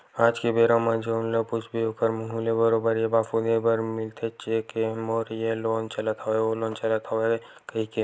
आज के बेरा म जउन ल पूछबे ओखर मुहूँ ले बरोबर ये बात सुने बर मिलथेचे के मोर ये लोन चलत हवय ओ लोन चलत हवय कहिके